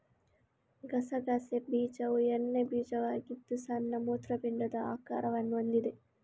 ಗಸಗಸೆ ಬೀಜವು ಎಣ್ಣೆ ಬೀಜವಾಗಿದ್ದು ಸಣ್ಣ ಮೂತ್ರಪಿಂಡದ ಆಕಾರವನ್ನು ಹೊಂದಿದೆ